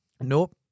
Nope